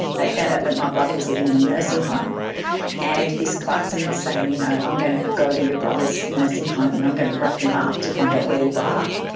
they'd found out that my brother was living in a nursing home and this clarkson was saying you know i'm gonna go to your brother's nursing home and i'm gonna rough him up to find out where you are.